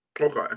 Okay